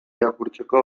irakurtzeko